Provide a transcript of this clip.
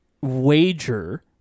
wager